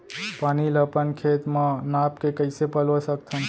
पानी ला अपन खेत म नाप के कइसे पलोय सकथन?